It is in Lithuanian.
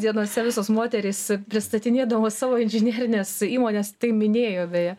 dienose visos moterys pristatinėdamos savo inžinerines įmones tai minėjo beje